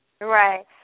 Right